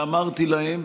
אמרתי להם,